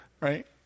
right